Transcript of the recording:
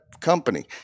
company